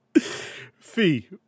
Fee